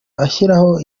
ashyiraho